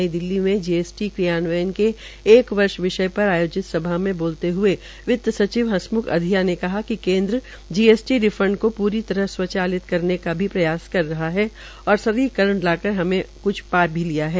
नई दिल्ली में जीएसटी क्रियान्वयन के एक वर्ष विषय पर आयोजित सभा में बोलते हए वित्त सचिव हसम्ख् अधिया ने कहा कि केन्द्र जीएसटी रिफंड को पूरी तरह स्वचालित करने का भी प्रयास कर रहा है और सरलीकरण लाकर हमने काफी क्छ पा भी लिया है